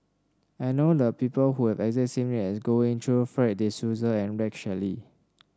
I know the people who have the exact name as Goh Ee Choo Fred De Souza and Rex Shelley